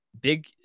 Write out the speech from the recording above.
big